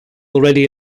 already